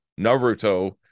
Naruto